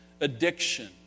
addiction